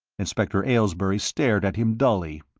inspector aylesbury stared at him dully.